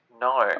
No